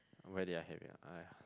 where they're had their !aiya!